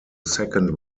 second